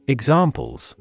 Examples